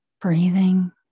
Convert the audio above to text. breathing